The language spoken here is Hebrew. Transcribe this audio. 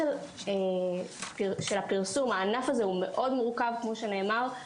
ענף הפרסום הוא מאוד מורכב, כמו שנאמר.